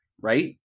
right